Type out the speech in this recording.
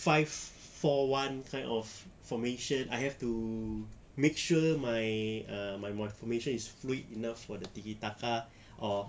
five four one kind of formation I have to make sure my uh my formation is flick enough for the tiki-taka or